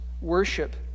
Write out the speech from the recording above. worship